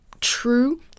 true